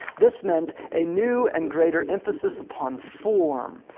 this meant a new and greater emphasis upon form,